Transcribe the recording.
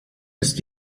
ist